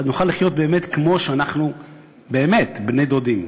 ואז נוכל לחיות באמת כמו שאנחנו באמת: בני-דודים.